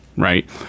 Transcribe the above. Right